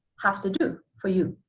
have to do for you.